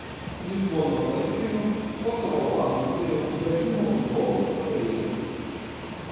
jis buvo nuosaikiojo kosovo albanų lyderio ibrahimo rugovos patarėjas